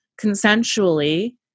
consensually